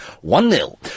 One-nil